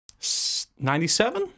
97